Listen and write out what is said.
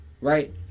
right